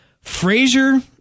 Frazier